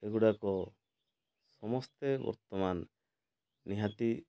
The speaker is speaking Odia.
ଏଗୁଡ଼ାକ ସମସ୍ତେ ବର୍ତ୍ତମାନ ନିହାତି